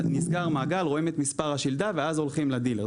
נסגר מעגל, רואים את מספר השלדה ואז הולכים לדילר.